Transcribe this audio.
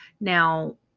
Now